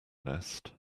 nest